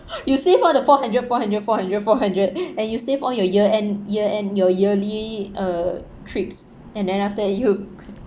you save all the four hundred four hundred four hundred four hundred and you save all your year end year end your yearly uh trips and then after that you